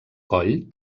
coll